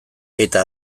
eta